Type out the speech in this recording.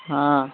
ہاں